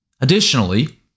Additionally